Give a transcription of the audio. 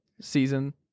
season